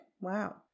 Wow